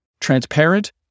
transparent